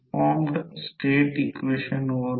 646 milliweber 1 ampere आहे